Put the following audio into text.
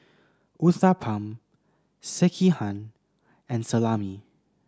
Uthapam Sekihan and Salami